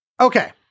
Okay